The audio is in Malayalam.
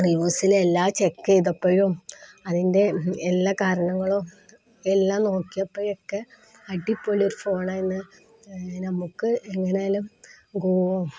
ന്യൂസില് എല്ലാം ചെക്കിയ്തപ്പഴും അതിൻ്റെ എല്ലാ കാരണങ്ങളും എല്ലാം നോക്കിയപ്പോഴൊക്കെ അടിപൊളിയൊരു ഫോണെന്ന് നമുക്ക് എങ്ങനെയായാലും